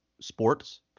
Sports